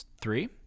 Three